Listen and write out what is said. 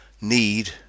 need